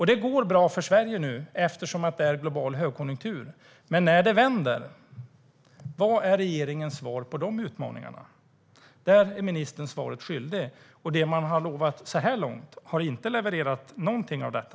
Det går bra för Sverige nu, eftersom vi har en global högkonjunktur. Men när det vänder, vad är regeringens svar på utmaningarna? Där är ministern svaret skyldig. Det man har lovat så här långt har inte levererat någonting av detta.